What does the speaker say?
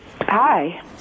hi